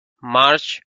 march